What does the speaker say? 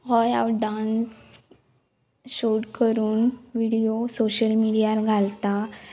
हय हांव dance shoot करून विडियो सोशल मिडियार घालतां